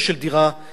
ואיך עושים את זה?